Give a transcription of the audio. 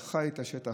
שחי את השטח,